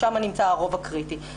שם נמצא הרוב הקריטי.